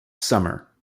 summer